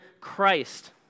Christ